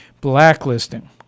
blacklisting